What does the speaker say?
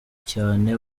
cyane